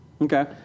Okay